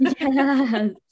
Yes